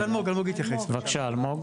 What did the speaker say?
בבקשה אלמוג,